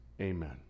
Amen